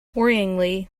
worryingly